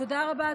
תודה רבה,